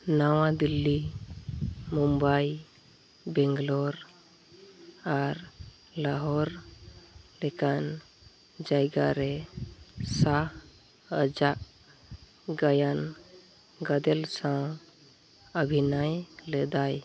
ᱱᱟᱣᱟ ᱫᱤᱞᱞᱤ ᱢᱩᱢᱵᱟᱭ ᱵᱮᱝᱜᱞᱳᱨ ᱟᱨ ᱞᱟᱦᱳᱨ ᱞᱮᱠᱟᱱ ᱡᱟᱭᱜᱟᱨᱮ ᱥᱟᱦ ᱟᱡᱟᱜ ᱜᱟᱭᱟᱱ ᱜᱟᱫᱮᱞ ᱥᱟᱶ ᱚᱵᱷᱤᱱᱚᱭ ᱞᱮᱫᱟᱭ